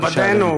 בבקשה, אדוני.